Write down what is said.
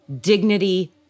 dignity